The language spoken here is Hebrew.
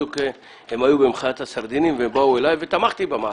בדיוק הם היו במחאת הסרדינים ובאו אלי ותמכתי במאבק,